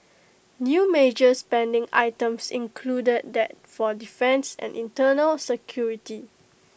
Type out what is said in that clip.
new major spending items included that for defence and internal security